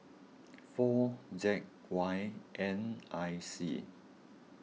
four Z Y N I C